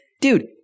dude